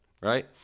right